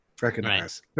Recognize